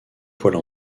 poêle